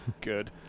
good